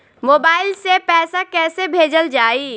Mobile से पैसा कैसे भेजल जाइ?